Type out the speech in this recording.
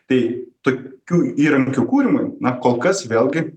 tai tokių įrankių kūrimui na kol kas vėlgi